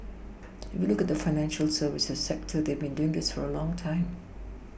if you look at the financial services sector they have been doing this for a long time